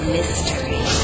Mystery